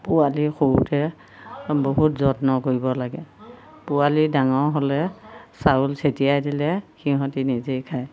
পোৱালি সৰুতে বহুত যত্ন কৰিব লাগে পোৱালি ডাঙৰ হ'লে চাউল চটিয়াই দিলে সিহঁতি নিজেই খায়